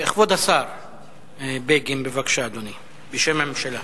כבוד השר בגין, בבקשה, אדוני, בשם הממשלה.